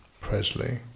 Presley